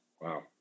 Wow